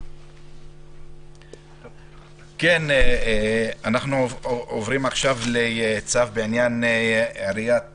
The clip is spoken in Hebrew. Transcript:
אנחנו עוברים עכשיו לצו בעניין עיריית